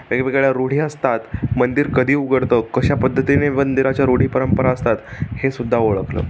वेगवेगळ्या रूढी असतात मंदिर कधी उघडतं कशा पद्धतीने मंदिराच्या रूढी परंपरा असतात हे सुद्धा ओळखलं